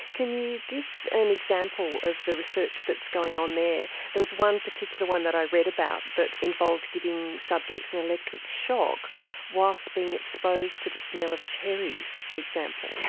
can you give an example of the research that's going on there? there was one particular one that i read about that involved giving subjects an and electric shock whilst being exposed to the smell of cherries, for example.